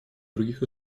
других